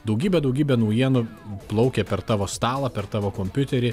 daugybę daugybę naujienų plaukia per tavo stalą per tavo kompiuterį